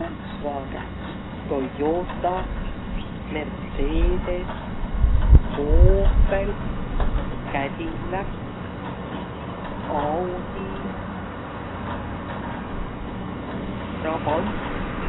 Volkswagen, Toyota, Mercedes, Opel, Cadillac, Audi, Trabant.